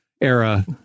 era